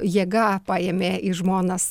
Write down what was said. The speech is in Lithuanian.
jėga paėmė į žmonas